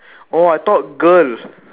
oh I thought girl